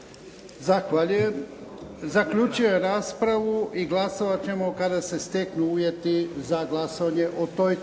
Zahvaljujem. Zaključujem raspravu. Glasovat ćemo kada se steknu uvjeti za glasovanje o toj